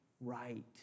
right